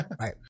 Right